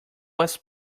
was